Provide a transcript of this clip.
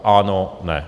Ano ne.